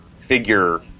figure